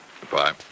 Goodbye